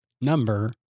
number